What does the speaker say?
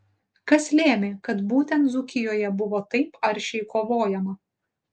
kas lėmė kad būtent dzūkijoje buvo taip aršiai kovojama